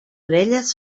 orelles